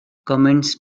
comments